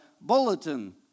bulletin